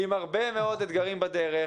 עם הרבה מאוד אתגרים בדרך,